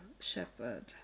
shepherd